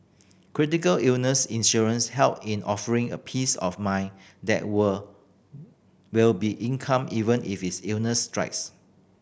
critical illness insurance help in offering a peace of mind that were will be income even if is illnesses strikes